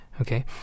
okay